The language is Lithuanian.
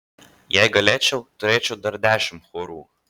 jei galėčiau turėčiau dar dešimt chorų